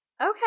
okay